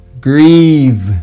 grieve